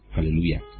Hallelujah